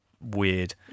weird